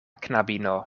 knabino